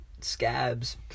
scabs